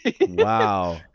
Wow